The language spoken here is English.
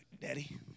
Daddy